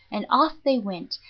and off they went,